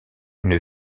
une